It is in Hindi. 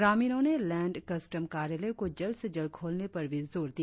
ग्रामीणों ने लैंड कस्टम कार्यालय को जल्द से जल्द खोलने पर भी जोर दिया